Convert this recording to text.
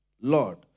Lord